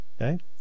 okay